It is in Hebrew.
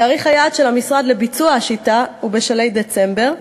תאריך היעד של המשרד לביצוע השיטה הוא בשלהי דצמבר,